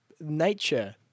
nature